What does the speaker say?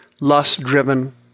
lust-driven